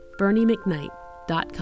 BernieMcKnight.com